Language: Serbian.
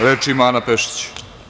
Reč ima Ana Pešić.